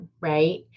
right